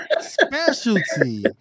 specialty